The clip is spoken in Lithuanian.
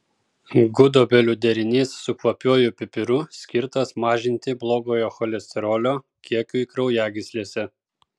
gudobelių derinys su kvapiuoju pipiru skirtas mažinti blogojo cholesterolio kiekiui kraujagyslėse